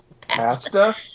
Pasta